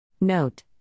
Note